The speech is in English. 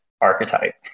archetype